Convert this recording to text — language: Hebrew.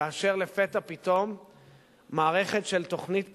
כאשר לפתע פתאום מערכת של תוכנית פופולרית,